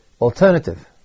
alternative